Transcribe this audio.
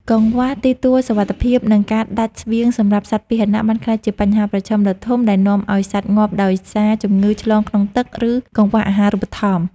កង្វះទីទួលសុវត្ថិភាព និងការដាច់ស្បៀងសម្រាប់សត្វពាហនៈ បានក្លាយជាបញ្ហាប្រឈមដ៏ធំដែលនាំឱ្យសត្វងាប់ដោយសារជំងឺឆ្លងក្នុងទឹក ឬកង្វះអាហារូបត្ថម្ភ។